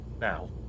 now